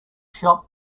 shop